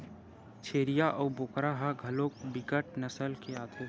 छेरीय अऊ बोकरा ह घलोक बिकट नसल के आथे